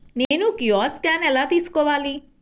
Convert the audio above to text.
నేను QR scan ఎలా తీసుకోవాలి?